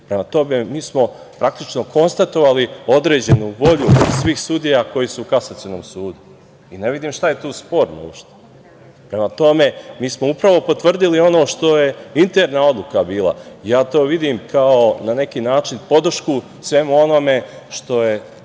Prema tome, mi smo praktično konstatovali određenu volju kod svih sudija koji su u Kasacionom sudu. Ne vidim šta je tu sporno uopšte. Prema tome, mi smo upravo potvrdili ono što je interna odluka bila i ja to vidim kao na neki način podršku svemu onome što je